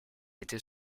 était